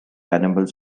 animals